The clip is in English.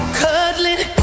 cuddling